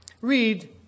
read